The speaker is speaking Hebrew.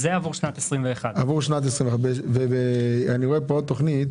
זה לשנת 2021. אני רואה כאן עוד תכנית